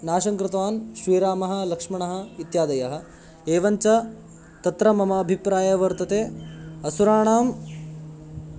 नाशं कृतवान् श्रीरामः लक्ष्मणः इत्यादयः एवञ्च तत्र मम अभिप्रायः वर्तते असुराणां